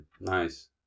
nice